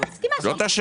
לא,